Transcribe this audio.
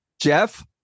Jeff